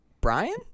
Brian